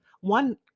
One